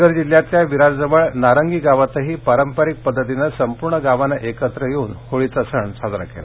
पालघर जिल्ह्यातल्या विरारजवळ नारंगी गावातही पारंपरिक पद्धतीनं संपूर्ण गावानं एकत्र येऊन होळीचा सण साजरा केला